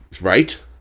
Right